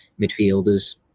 midfielders